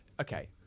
okay